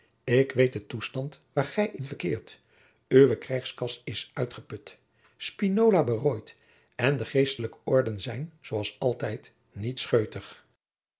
ik weet den toestand waar gij in verkeert uwe krijgskas is uitgeput spinola berooid en de geestelijke orden zijn zoo als altijd niet scheutig